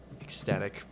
ecstatic